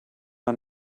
man